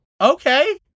Okay